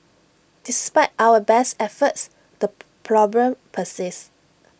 despite our best efforts the problem persists